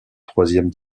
troisième